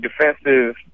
defensive